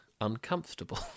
uncomfortable